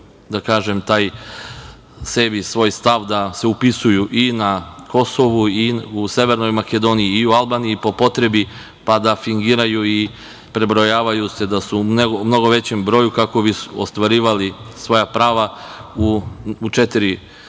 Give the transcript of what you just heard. da kažem, taj stav da se upisuju i na Kosovu i u Severnoj Makedoniji i u Albaniji, po potrebi, pa da fingiraju i prebrojavaju se da su u mnogo većem broju kako bi ostvarivali svoja prava u četiri različita